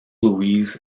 louise